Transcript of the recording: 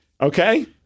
Okay